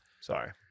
Sorry